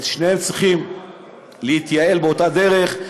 הם שניהם צריכים להתייעל באותה הדרך,